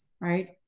right